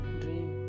dream